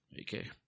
Okay